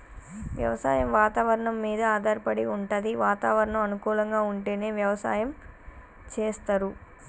వ్యవసాయం వాతవరణం మీద ఆధారపడి వుంటది వాతావరణం అనుకూలంగా ఉంటేనే వ్యవసాయం చేస్తరు